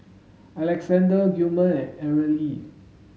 Alexander Gilmer and Arely